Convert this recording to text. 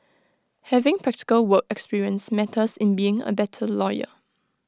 having practical work experience matters in being A better lawyer